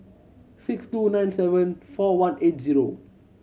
six two nine seven four one eight zero